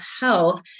health